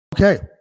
okay